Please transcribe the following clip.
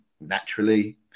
naturally